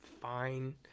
fine